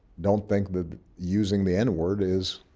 don't think that using the n word is